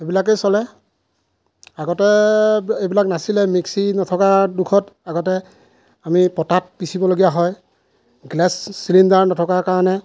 এইবিলাকে চলে আগতে এইবিলাক নাচিলে মিক্সী নথকা দুখত আগতে আমি পটাত পিঁচিবলগীয়া হয় গেছ চিলিণ্ডাৰ নথকাৰ কাৰণে